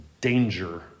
danger